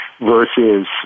versus